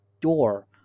door